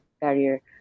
barrier